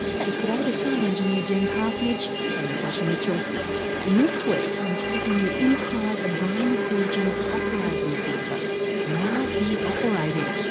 thanks today to sound engineer jen parsonage, i'm natasha mitchell and next week i'm taking you inside a brain surgeon's operating theatre while he's operating!